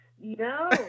No